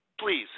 please